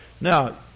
Now